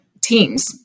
teams